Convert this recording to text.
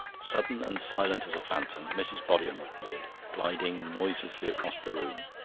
sudden and silent as a phantom mrs. bodiham appeared, gliding noiselessly across the room.